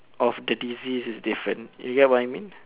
of the disease is different you get what I mean